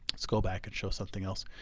let's go back and show something else.